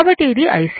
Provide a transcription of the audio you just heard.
కాబట్టి ఇది IC